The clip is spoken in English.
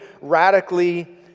radically